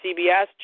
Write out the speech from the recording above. CBS